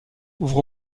ouvre